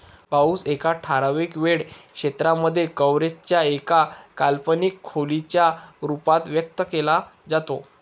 पाऊस एका ठराविक वेळ क्षेत्रांमध्ये, कव्हरेज च्या एका काल्पनिक खोलीच्या रूपात व्यक्त केला जातो